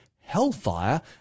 hellfire